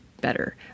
better